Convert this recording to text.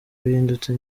bihindutse